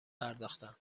پرداختند